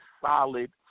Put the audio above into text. solid